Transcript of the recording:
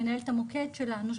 מנהלת המוקד שלנו,